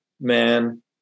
man